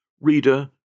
Reader